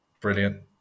Brilliant